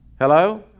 hello